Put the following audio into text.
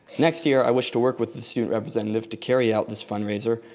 next year i wish to work with the student representative to carry out this fundraiser.